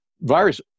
virus